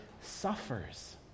suffers